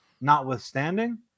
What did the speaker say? notwithstanding